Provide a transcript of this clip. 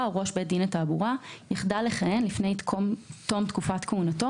או ראש בית דין לתעבורה יחדל לכהן לפני תום תקופת כהונתו,